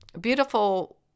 beautiful